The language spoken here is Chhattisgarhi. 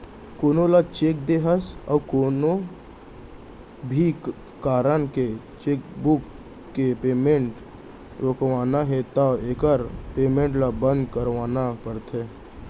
कोनो ल चेक दे हस अउ कोनो भी कारन ले चेकबूक के पेमेंट रोकवाना है तो एकर पेमेंट ल बंद करवाना परथे